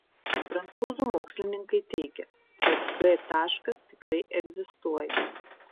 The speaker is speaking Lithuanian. prancūzų mokslininkai teigia kad g taškas tikrai egzistuoja